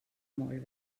molt